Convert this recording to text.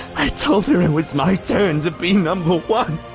i told her it was my turn to be number one.